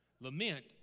Lament